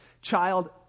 child